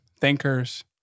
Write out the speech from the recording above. thinkers